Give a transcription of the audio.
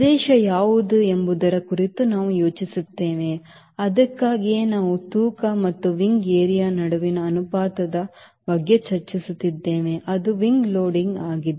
ಪ್ರದೇಶ ಯಾವುದು ಎಂಬುದರ ಕುರಿತು ನಾವು ಯೋಚಿಸುತ್ತೇವೆ ಅದಕ್ಕಾಗಿಯೇ ನಾವು ತೂಕ ಮತ್ತು wing area ನಡುವಿನ ಅನುಪಾತದ ಬಗ್ಗೆ ಚರ್ಚಿಸುತ್ತಿದ್ದೇವೆ ಅದು wing loading ಆಗಿದೆ